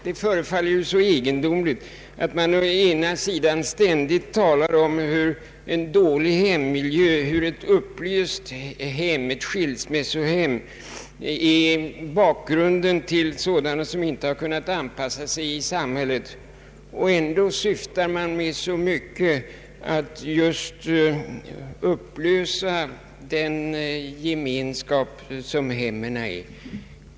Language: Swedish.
Det förefaller egendomligt att man ständigt talar om hur en dålig hemmiljö, ett upplöst hem, ett skilsmässohem utgör orsaken till att så många inte har kunnat anpassa sig i samhället, och ändå sysslar så mycket med att just upplösa den gemenskap som hemmen utgör.